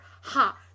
Ha